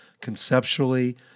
conceptually